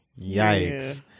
yikes